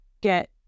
get